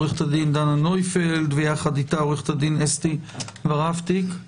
עו"ד דנה נויפלד ואיתה עו"ד אסתי ורהפטיג,